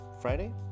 Friday